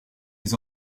les